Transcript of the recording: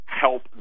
help